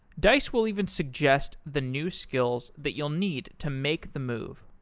dice will even suggest the new skills that you'll need to make the move.